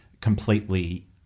completely